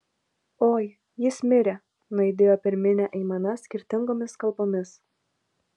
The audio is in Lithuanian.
oi jis mirė nuaidėjo per minią aimana skirtingomis kalbomis